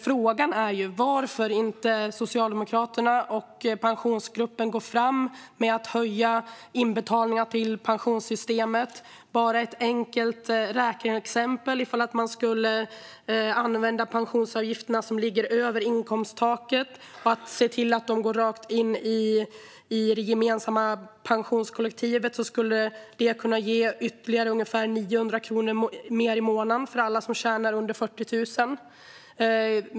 Frågan är varför Socialdemokraterna och Pensionsgruppen inte går fram med att höja inbetalningarna till pensionssystemet. Ett enkelt räkneexempel är: Om man skulle se till att pensionsavgifterna som ligger över inkomsttaket gick rakt in i det gemensamma pensionskollektivet skulle det kunna ge ytterligare ungefär 900 kronor mer i månaden för alla som tjänar under 40 000.